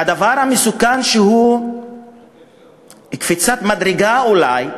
והדבר המסוכן, שהוא קפיצת מדרגה אולי,